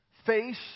Face